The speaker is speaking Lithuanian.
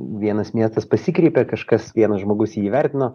vienas miestas pasikreipė kažkas vienas žmogus jį įvertino